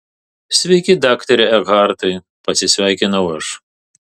sveiki daktare ekhartai pasisveikinau aš